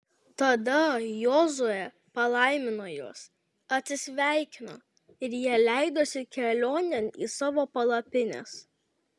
tada jozuė palaimino juos atsisveikino ir jie leidosi kelionėn į savo palapines